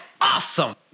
awesome